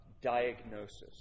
diagnosis